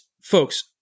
folks